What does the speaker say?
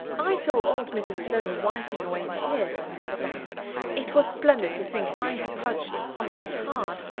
i saw old mrs. sloane wiping away tears when i sat down. it was splendid to think i had touched somebody's heart.